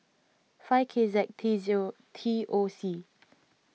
five K Z T T O C